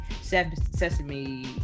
sesame